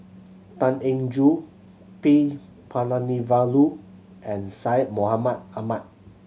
Tan Eng Joo P Palanivelu and Syed Mohamed Ahmed